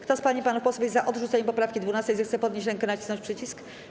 Kto z pań i panów posłów jest za odrzuceniem poprawki 12., zechce podnieść rękę i nacisnąć przycisk.